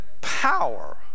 power